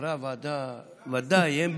חברי הוועדה, ודאי.